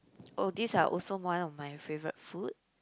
oh these are also one of my favourite food